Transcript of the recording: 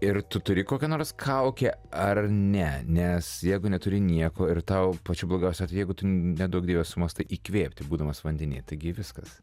ir tu turi kokią nors kaukę ar ne nes jeigu neturi nieko ir tau pačiu blogiausiu atveju jeigu tu neduok dieve sumąstai įkvėpti būdamas vandenyje taigi viskas